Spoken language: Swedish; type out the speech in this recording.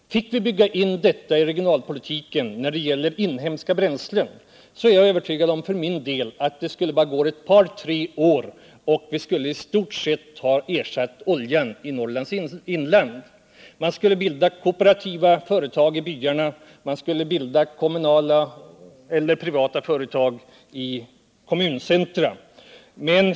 Fick vi bygga in detta med inhemska bränslen i regionalpolitiken är jag för min del övertygad om att det bara skulle gå ett par tre år innan vi i stort sett hade ersatt oljan i Norrlands inland. Man skulle bilda kooperativa företag i byarna. Man skulle bilda kommunala eller privata företag i kommuncentra.